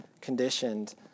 conditioned